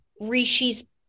Rishi's